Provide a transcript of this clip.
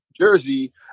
Jersey